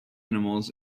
animals